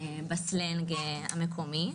בסלנג המקומי.